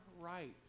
right